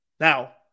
Now